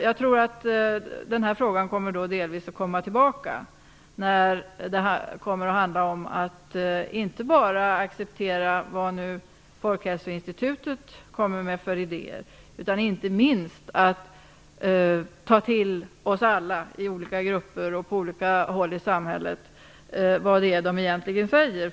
Jag tror att den här frågan kommer tillbaka, inte bara när det handlar om att acceptera vad Folkhälsoinstitutet kommer med för idéer, utan också - inte minst - när det gäller att vi alla i olika grupper och på olika håll i samhället tar till oss vad de egentligen säger.